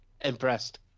Impressed